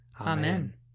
Amen